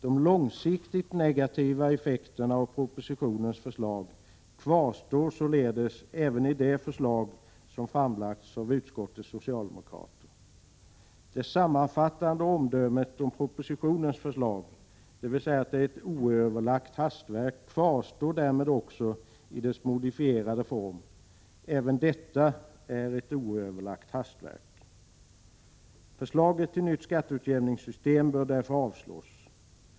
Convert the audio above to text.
De långsiktigt negativa effekterna av propositionens förslag kvarstår således även i det förslag som framlagts av utskottets socialdemokrater. Det sammanfattande omdömet om propositionens förslag, att det är ett oöverlagt hastverk, kvarstår därmed också i dess modifierade form. Även det förslaget är ett oöverlagt hastverk. Förslaget till nytt skatteutjämningssystem bör därför avslås.